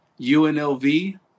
UNLV